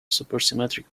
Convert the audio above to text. supersymmetric